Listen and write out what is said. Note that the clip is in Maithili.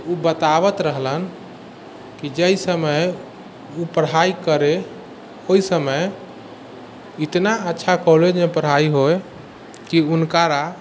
ओ बताबत रहलन कि जहि समय ओ पढ़ाइ करै ओहि समय एतना अच्छा कॉलेजमे पढ़ाइ होइ कि हुनकरा